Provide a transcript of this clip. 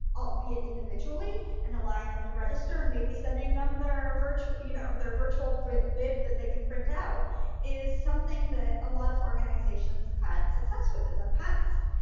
albeit individually, and allowing them to register, and maybe sending them their virtual you know their virtual bid that they can print out is something that a lot of organizations have had success with in the past.